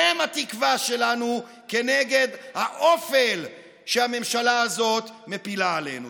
הן התקווה שלנו כנגד האופל שהממשלה הזאת מפילה עלינו,